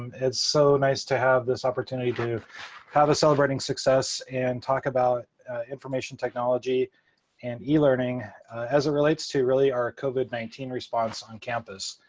so nice to have this opportunity to have a celebrating success and talk about information technology and e-learning as it relates to, really, our covid nineteen response on campus.